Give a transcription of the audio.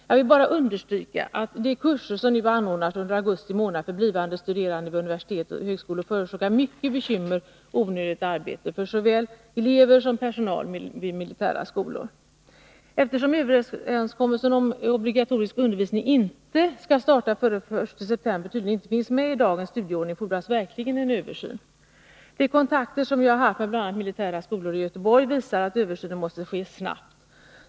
Jag vill bara understryka att de kurser som nu anordnas under augusti månad för blivande studerande vid universitet och högskolor förorsakar mycket bekymmer och onödigt arbete för såväl elever som personal vid militära skolor. starta före den 1 september tydligen inte finns med i dagens studieordning, fordras verkligen en översyn. De kontakter som jag har haft med bl.a. militära skolor i Göteborg visar att översynen måste ske snabbt.